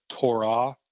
Torah